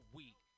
week